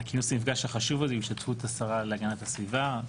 כינוס המפגש החשוב הזה בהשתתפות השרה להגנת הסביבה,